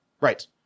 Right